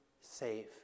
safe